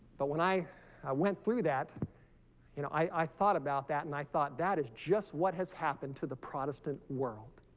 but when i i went through you know i thought about that and i thought that is just what has happened to the protestant world